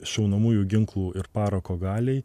šaunamųjų ginklų ir parako galiai